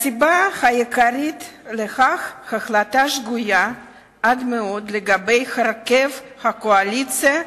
הסיבה העיקרית לכך היא החלטה שגויה עד מאוד לגבי הרכב הקואליציה,